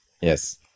yes